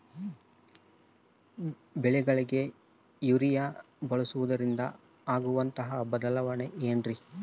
ಬೆಳೆಗಳಿಗೆ ಯೂರಿಯಾ ಬಳಸುವುದರಿಂದ ಆಗುವಂತಹ ಬದಲಾವಣೆ ಏನ್ರಿ?